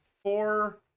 Four